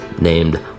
named